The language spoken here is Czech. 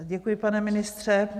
Děkuji, pane ministře.